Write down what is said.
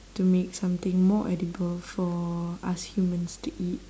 to make something more edible for us humans to eat